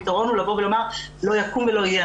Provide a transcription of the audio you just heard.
הפתרון הוא לבוא ולומר לא יקום ולא יהיה,